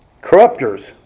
Corrupters